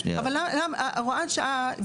אבל הוראת שעה,